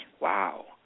Wow